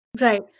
Right